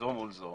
נבדוק